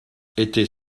était